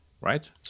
right